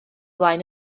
flaen